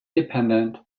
dependent